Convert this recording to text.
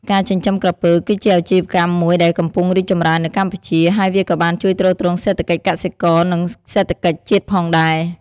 ការចិញ្ចឹមក្រពើ គឺជាអាជីវកម្មមួយដែលកំពុងរីកចម្រើននៅកម្ពុជា ហើយវាក៏បានជួយទ្រទ្រង់សេដ្ឋកិច្ចកសិករ និងសេដ្ឋកិច្ចជាតិផងដែរ។